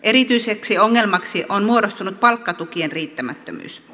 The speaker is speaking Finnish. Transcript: erityiseksi ongelmaksi on muodostunut palkkatukien riittämättömyys